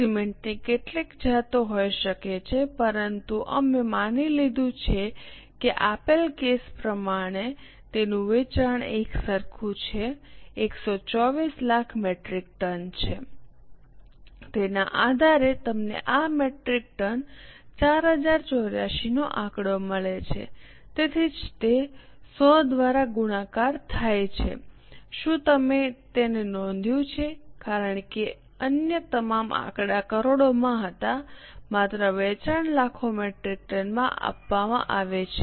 સિમેન્ટની કેટલીક જાતો હોઈ શકે છે પરંતુ અમે માની લીધું છે કે આપેલ કેસ પ્રમાણે તેનું વેચાણ એકસરખું છે 124 લાખ મેટ્રિક ટન છે તેના આધારે તમને આ મેટ્રિક ટન 4084 નો આંકડો મળે છે તેથી જ તે 100 દ્વારા ગુણાકાર થાય છે શું તમે તેને નોંધ્યું છે કારણ કે અન્ય તમામ આંકડા કરોડોમાં હતા માત્ર વેચાણ લાખો મેટ્રિક ટનમાં આપવામાં આવે છે